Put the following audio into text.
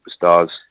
superstars